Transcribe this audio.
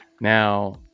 Now